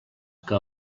que